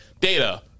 Data